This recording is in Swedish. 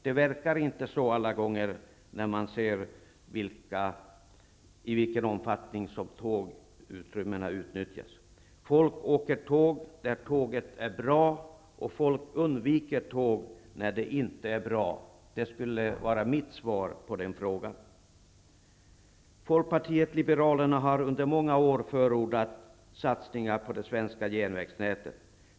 Det verkar inte så alla gånger när man ser i vilken omfattning som tågen utnyttjas. Folk åker tåg där tåget är bra, och folk undviker tåg när det inte är bra. Det skulle vara mitt svar på frågan. Folkpartiet liberalerna har under många år förordat satsningar på det svenska järnvägsnätet.